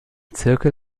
zirkel